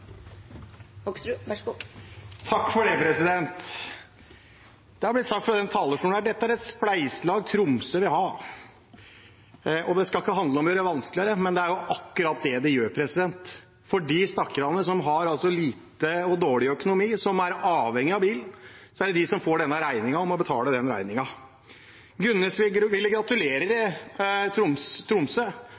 Det har blitt sagt fra denne talerstolen at dette er et spleiselag Tromsø vil ha, og det skal ikke handle om å gjøre det vanskeligere. Men det er jo akkurat det det gjør. Det er de stakkarene som har dårlig økonomi og som er avhengige av bil, som får denne regningen og må betale den. Gunnes ville gratulere Tromsø. Jeg vil kondolere til de stakkarene som skal betale denne